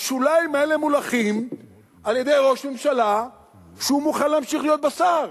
השוליים האלה מולכים על-ידי ראש ממשלה שהוא מוכן להמשיך להיות בה שר.